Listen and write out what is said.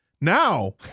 now